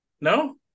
No